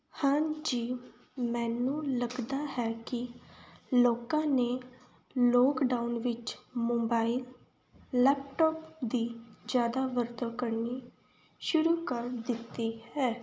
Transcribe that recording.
ਹਾਂਜੀ ਮੈਨੂੰ ਲੱਗਦਾ ਹੈ ਕਿ ਲੋਕਾਂ ਨੇ ਲੋਕਡਾਊਨ ਵਿੱਚ ਮੋਬਾਇਲ ਲੈਪਟੋਪ ਦੀ ਜ਼ਿਆਦਾ ਵਰਤੋਂ ਕਰਨੀ ਸ਼ੁਰੂ ਕਰ ਦਿੱਤੀ ਹੈ